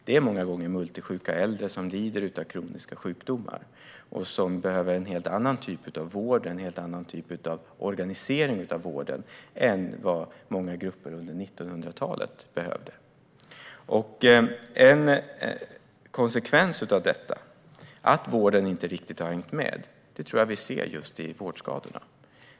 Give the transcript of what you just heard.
Många gånger är det multisjuka äldre som lider av kroniska sjukdomar och som behöver en helt annan typ av vård och organisering av vården än många grupper behövde under 1900-talet. En konsekvens av att vården inte riktigt har hängt med tror jag att vi ser just i vårdskadorna.